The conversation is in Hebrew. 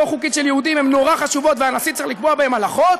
חוקית של יהודים הן נורא חשובות והנשיא צריך לקבוע בהן הלכות,